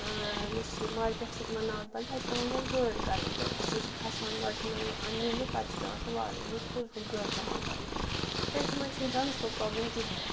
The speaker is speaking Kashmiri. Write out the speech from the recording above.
یُس یہِ مارکیٹ چھِ تِمَن ناگبَل تَتہِ پٮ۪وان گۄڈٕ گٲڑۍ کَرٕنۍ تہٕ سُہ چھِ کھَسان گۄڈٕ تِمَن نِنہِ پَتہٕ چھِ پٮ۪وان سۄ والٕنۍ یِمَن چھِ فُل فُل گٲڑۍ پٮ۪وان کَرٕنۍ کیازِ تِمَن چھِنہٕ ٹرٛانَسپوٹ پرٛابلِم کِہیٖنۍ